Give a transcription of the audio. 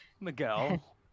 Miguel